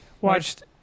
Watched